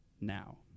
now